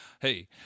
hey